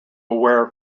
wear